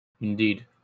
Indeed